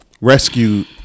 rescued